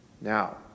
Now